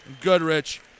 Goodrich